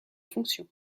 fonction